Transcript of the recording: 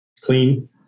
clean